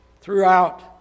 throughout